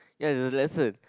ya it's a lesson